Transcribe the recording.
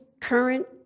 current